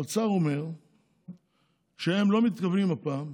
האוצר אומר שהם לא מתכוונים הפעם,